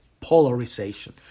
polarization